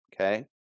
Okay